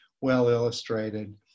well-illustrated